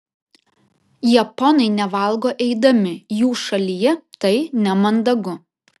japonai nevalgo eidami jų šalyje tai nemandagu